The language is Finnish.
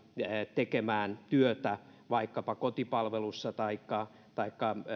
tekemään työtä vaikkapa kotipalvelussa taikka taikka